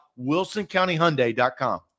WilsonCountyHyundai.com